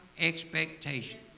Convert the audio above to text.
expectation